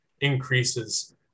increases